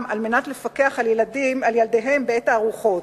על מנת לפקח על ילדיהם בעת הארוחות.